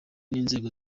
n’inzego